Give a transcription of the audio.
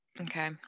Okay